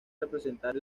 representar